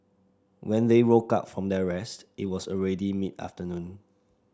when they woke up from their rest it was already mid afternoon